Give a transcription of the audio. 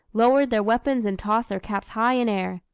lowered their weapons and tossed their caps high in air.